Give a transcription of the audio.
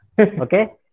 Okay